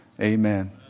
Amen